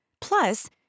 Plus